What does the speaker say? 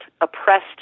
oppressed